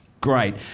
Great